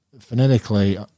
Phonetically